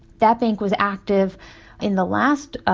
that bank was active in the last,